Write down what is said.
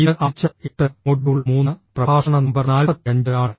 ഇത് ആഴ്ച 8 മൊഡ്യൂൾ 3 പ്രഭാഷണ നമ്പർ 45 ആണ്